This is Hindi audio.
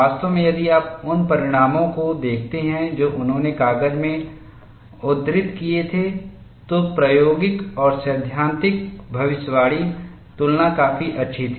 वास्तव में यदि आप उन परिणामों को देखते हैं जो उन्होंने कागज में उद्धृत किए थे तो प्रायोगिक और सैद्धांतिक भविष्यवाणी तुलना काफी अच्छी थी